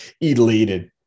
elated